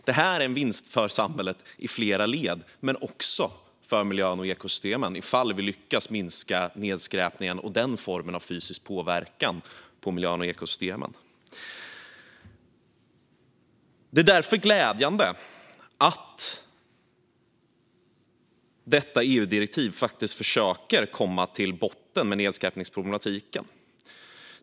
Det är en vinst för samhället i flera led, men också för miljön och ekosystemen, ifall vi lyckas minska nedskräpningen och den formen av fysisk påverkan på miljön och ekosystemen. Det är därför glädjande att detta EU-direktiv faktiskt försöker gå till botten med nedskräpningsproblematiken.